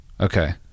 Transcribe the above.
Okay